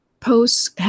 Posts